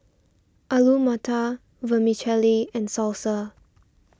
Alu Matar Vermicelli and Salsa